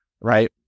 right